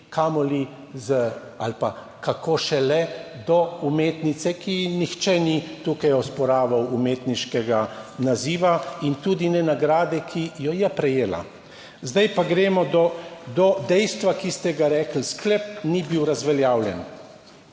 kamoli z ali pa kako šele, do umetnice, ki ji nihče ni tukaj osporaval umetniškega naziva in tudi ne nagrade, ki jo je prejela? Zdaj pa gremo do dejstva, ki ste ga rekli: "Sklep ni bil razveljavljen."